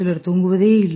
சிலர் தூங்குவதே இல்லை